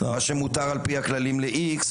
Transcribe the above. מה שמותר על פי הכללים ל-X,